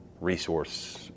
Resource